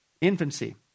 Infancy